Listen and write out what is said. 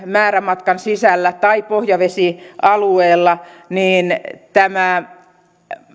määrämatkan sisällä tai pohjavesialueella niin tämä